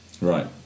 Right